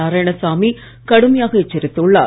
நாராயணசாமி கடுமையாக எச்சரித்துள்ளார்